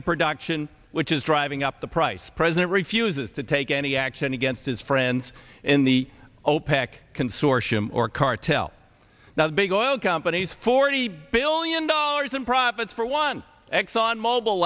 of production which is driving up the price president refuses to take any action against his friends in the opec consortium or cartel now big oil companies forty billion dollars in profits for one exxon mobil